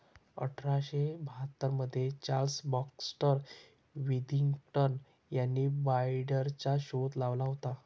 अठरा शे बाहत्तर मध्ये चार्ल्स बॅक्स्टर विथिंग्टन यांनी बाईंडरचा शोध लावला होता